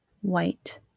white